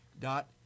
dot